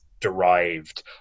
derived